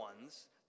ones